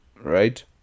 Right